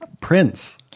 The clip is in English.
prince